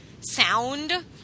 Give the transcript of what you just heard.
sound